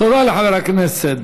תודה לחבר הכנסת